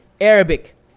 Arabic